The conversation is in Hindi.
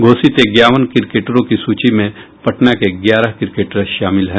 घोषित इक्यावन क्रिकेटरों की सूची में पटना के ग्यारह क्रिकेटर शामिल हैं